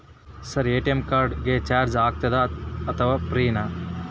Sir ATM card ಗೆ charge ಆಗುತ್ತಾ ಅಥವಾ ಫ್ರೇ ನಾ?